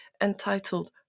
entitled